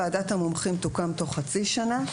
ועדת המומחים תוקם תוך חצי שנה,